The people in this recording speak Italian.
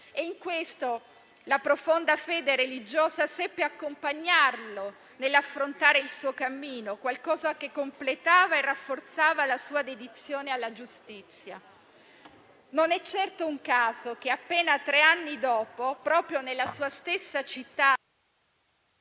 In questo, la profonda fede religiosa seppe accompagnarlo nell'affrontare il suo cammino, come qualcosa che completava e rafforzava la sua dedizione alla giustizia. Non è certo un caso che appena tre anni dopo, proprio nella sua stessa città...